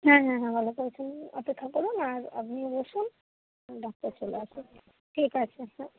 হ্যাঁ হ্যাঁ হ্যাঁ ভালো করেছেন অপেক্ষা করুন আর আপনিও বসুন ডক্টর চলে আসবে ঠিক আছে হ্যাঁ